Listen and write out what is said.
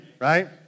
right